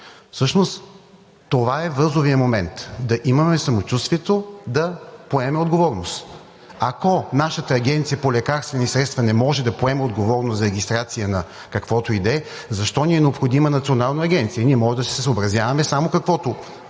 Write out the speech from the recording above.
Всъщност това е възловият момент, за да имаме самочувствието да поемем отговорност. Ако нашата Агенция по лекарствени средства не може да поеме отговорност за регистрация на каквото и да е, защо ни е необходима Национална агенция? Ние може да се съобразяваме само с каквото